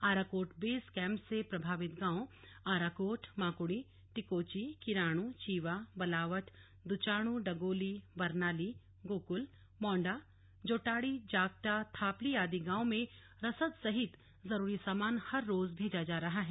Arakot base camp से प्रभावित गांवों आराकोट माकुड़ी टिकोची किराणु चीवां बलावट दुचाणु डगोली बरनाली गोक़ल मौंडा जोटाड़ी जाकटा थापली आदि गांवों में रसद सहित जरूरी सामान हर रोज भेजा जा रहा है